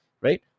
Right